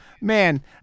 man